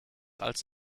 als